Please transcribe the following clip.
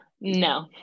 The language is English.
No